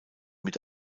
mit